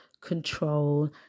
control